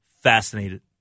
fascinated